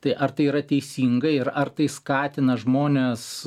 tai ar tai yra teisinga ir ar tai skatina žmones